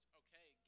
okay